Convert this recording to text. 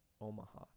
Omaha